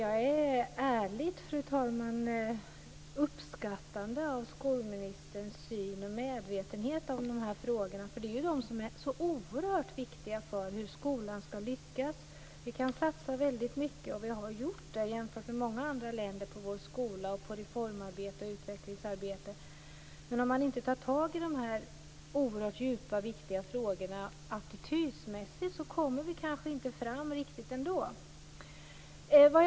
Fru talman! Jag uppskattar ärligt skolministerns syn och medvetenhet när det gäller den här frågan. Den är ju oerhört viktig för hur skolan skall lyckas. Vi kan satsa väldigt mycket på vår skola, på reformarbete och utvecklingsarbete, och jämfört med många andra länder har vi gjort det. Men om man inte tar tag i de oerhört djupa och viktiga frågorna attitydmässigt kommer vi kanske inte riktigt ända fram.